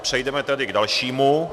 Přejdeme tedy k dalšímu.